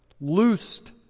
loosed